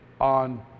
on